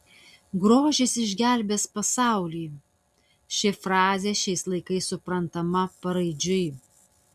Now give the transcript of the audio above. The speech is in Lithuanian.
grožis išgelbės pasaulį ši frazė šiais laikais suprantama paraidžiui